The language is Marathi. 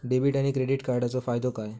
डेबिट आणि क्रेडिट कार्डचो फायदो काय?